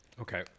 Okay